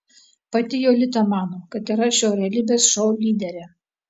pati jolita mano kad yra šio realybės šou lyderė